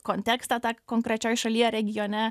kontekstą tą konkrečioj šalyje regione